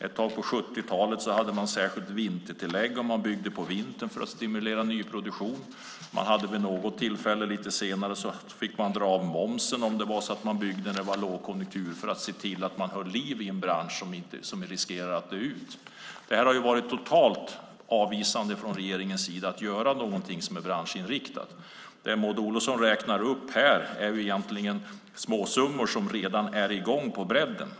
Ett tag på 70-talet hade man särskilt vintertillägg om man byggde på vintern för att stimulera nyproduktion. Vid något tillfälle lite senare fick man dra av momsen om man byggde när det var lågkonjunktur för att hålla liv i en bransch som riskerade att dö ut. Regeringen har varit helt avvisande till att göra någonting som är branschinriktat. Det som Maud Olofsson räknar upp här är egentligen småsummor som gäller sådant som redan är i gång på bredden.